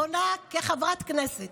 פונה כחברת כנסת,